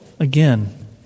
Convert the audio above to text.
Again